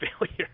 failure